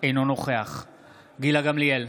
אינו נוכח גילה גמליאל,